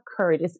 courage